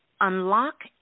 unlock